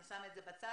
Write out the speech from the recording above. אני שמה את זה בצד,